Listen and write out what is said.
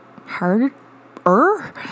harder